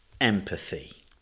empathy